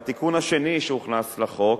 והתיקון השני שהוכנס לחוק: